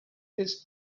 this